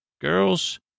girls